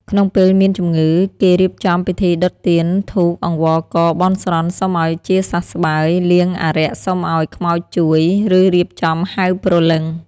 ក្នុងពេលមានជំងឺ គេរៀបចំពិធីដុតទៀនធូបអង្វរកបន់ស្រន់សុំឱ្យជាសះស្បើយ លៀងអារក្សសុំឱ្យខ្មោចជួយ ឬរៀបចំហៅព្រលឹង។